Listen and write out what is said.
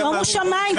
שומו שמים,